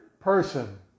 person